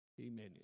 Amen